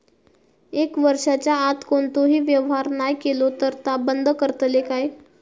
एक वर्षाच्या आत कोणतोही व्यवहार नाय केलो तर ता बंद करतले काय?